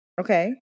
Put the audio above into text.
Okay